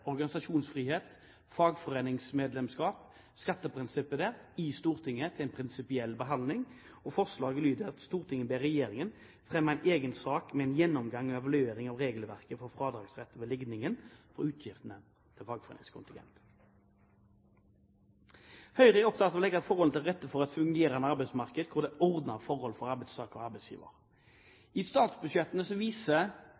organisasjonsfrihet, fagforeningsmedlemskap, skatteprinsippet der, i Stortinget til en prinsipiell behandling. Forslaget lyder: «Stortinget ber regjeringen fremme egen sak med en gjennomgang og evaluering av regelverket for fradragsrett ved ligningen for utgiftene til fagforeningskontingent.» Høyre er opptatt av å legge forholdene til rette for et fungerende arbeidsmarked hvor det er ordnede forhold for arbeidstakere og arbeidsgivere.